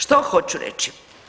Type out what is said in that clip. Što hoću reći?